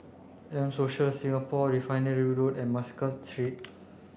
M Social Singapore Refinery Road and Muscat Street